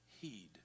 heed